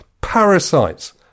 parasites